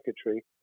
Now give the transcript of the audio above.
secretary